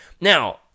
Now